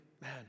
man